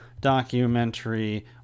documentary